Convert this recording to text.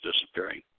disappearing